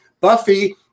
Buffy